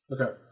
Okay